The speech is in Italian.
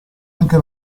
anche